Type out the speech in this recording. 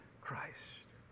Christ